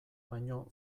baino